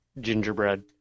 gingerbread